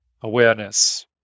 awareness